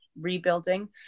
rebuilding